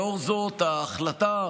לאור זאת, ההחלטה,